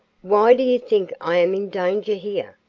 why do you think i am in danger here?